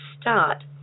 start